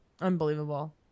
unbelievable